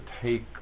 take